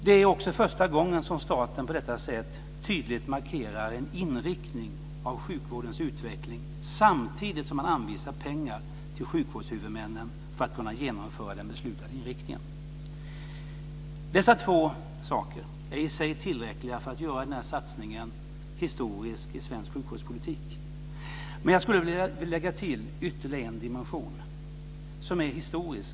Det är också första gången som staten på detta sätt tydligt markerar en inriktning av sjukvårdens utveckling samtidigt som man anvisar pengar till sjukvårdshuvudmännen för att de ska kunna genomföra den beslutade inriktningen. Dessa två saker är i sig tillräckliga för att göra den här satsningen historisk i svensk sjukvårdspolitik. Jag skulle vilja lägga till ytterligare en dimension som är historisk.